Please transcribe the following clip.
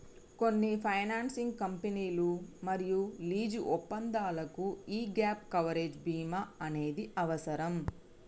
కొన్ని ఫైనాన్సింగ్ కంపెనీలు మరియు లీజు ఒప్పందాలకు యీ గ్యేప్ కవరేజ్ బీమా అనేది అవసరం